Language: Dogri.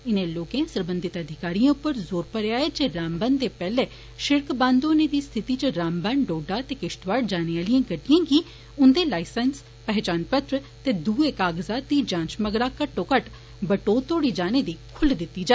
इनें लोके सरबंधित अधिकारिए उप्पर जोर मरेआ ऐ जे रामबन दे पेहले सिड़क बंद होने दी स्थिति च रामबन डोडा ते किश्तवाड़ जाने आलिएं गड्डिएं गी उन्दे लाइसेंस पहचानपत्र ते दुए कागजात दी जांच मगरा घट्टोघट्ट वटोत तोड़ी जाने दी खुल्ल दिती जा